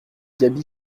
gaby